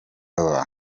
over